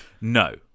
no